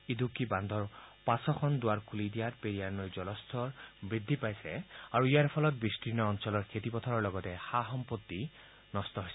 উদুক্কি বান্ধৰ পাঁচোখন দুবাৰ খুলি দিয়াত পেৰিয়াৰ নৈৰ জলস্তৰ বৃদ্ধি পাইছে আৰু ইয়াৰ ফলত বিস্তীৰ্ণ অঞ্চলৰ খেতি পথাৰৰ লগতে সা সম্পত্তি নষ্ট হৈছে